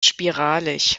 spiralig